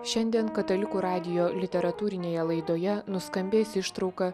šiandien katalikų radijo literatūrinėje laidoje nuskambės ištrauka